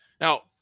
Now